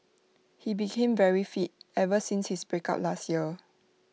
he became very fit ever since his breakup last year